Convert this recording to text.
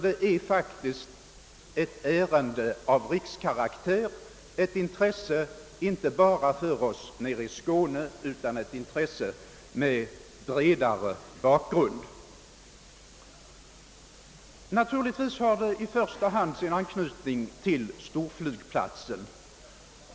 Detta är faktiskt ett ärende av rikskaraktär, ett intresse inte bara för oss nere i Skåne utan ett intresse för en bredare allmänhet. Naturligtvis har det i första hand sin anknytning till storflygplatsen.